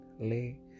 Lay